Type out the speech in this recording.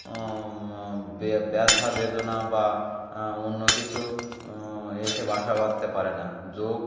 ব্যথা বেদনা বা অন্য কিছু এসে বাসা বাঁধতে পারে না যোগ